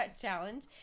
challenge